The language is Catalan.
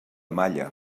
malla